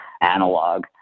analog